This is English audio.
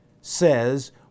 says